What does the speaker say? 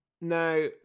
Now